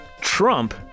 Trump